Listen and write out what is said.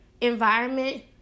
environment